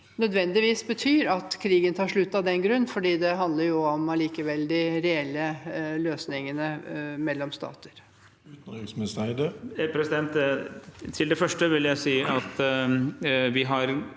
nødvendigvis betyr at krigen tar slutt av den grunn, for det handler jo allikevel om de reelle løsningene mellom stater. Utenriksminister Espen Barth Eide Til det første vil jeg si at vi har